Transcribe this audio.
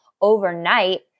overnight